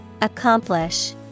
Accomplish